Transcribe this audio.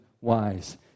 wise